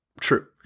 true